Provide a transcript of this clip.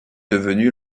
devenue